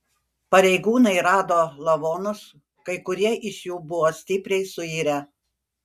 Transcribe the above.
pareigūnai rado lavonus kai kurie iš jų buvo stipriai suirę